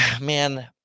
man